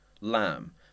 lamb